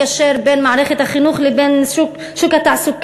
האם מישהו חשב איך לקשר בין מערכת החינוך לבין שוק התעסוקה?